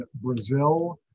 Brazil